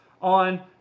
on